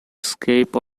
escape